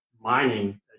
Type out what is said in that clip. mining